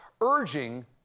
urging